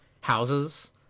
houses